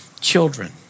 children